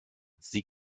sie